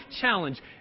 challenge